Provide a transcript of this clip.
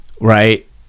right